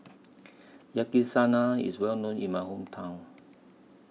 Yakizakana IS Well known in My Hometown